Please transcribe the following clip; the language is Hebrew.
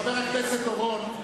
חבר הכנסת אורון,